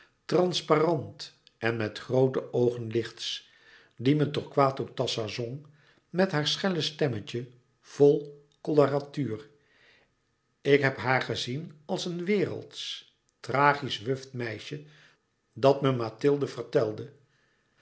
transparant en met groote oogen lichts die me torquato tasso zong met haar schelle stemmetje vol coloratuur ik heb haar gezien als een wereldsch tragisch wuft meisje dat me mathilde vertelde